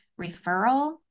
referral